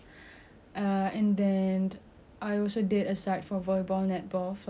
volleyball netball floorball same [what] like primary school and then I also did tchoukball